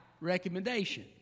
recommendation